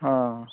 ହଁ